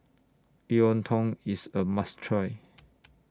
Iontong IS A must Try